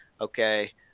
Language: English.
okay